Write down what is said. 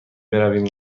برویم